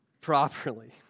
properly